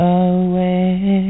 away